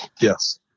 Yes